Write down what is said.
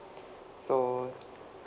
so